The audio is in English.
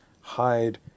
hide